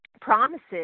promises